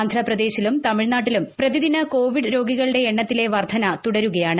ആന്ധ്രാപ്രദേശിലും ത്രമിഴ്നാട്ടിലും പ്രതിദിന കോവിഡ് രോഗികളുടെ എണ്ണത്തിലെ വ്ർഷ്യന് തുടരുകയാണ്